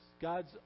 God's